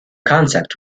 concept